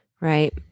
right